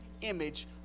image